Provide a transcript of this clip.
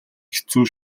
хэцүү